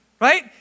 Right